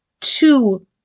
two